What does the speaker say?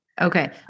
Okay